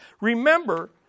Remember